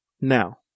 Now